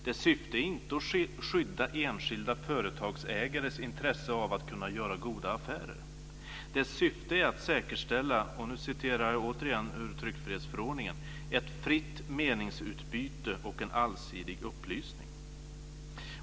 Dess syfte är inte att skydda enskilda företagsägares intresse av att kunna göra goda affärer. Dess syfte är att säkerställa - nu citerar jag återigen ur tryckfrihetsförordningen - "ett fritt meningsutbyte och en allsidig upplysning".